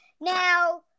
Now